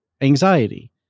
Anxiety